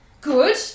good